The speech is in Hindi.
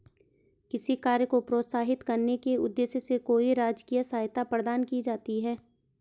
किसी कार्य को प्रोत्साहित करने के उद्देश्य से कोई राजकीय सहायता प्रदान की जाती है